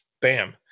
Bam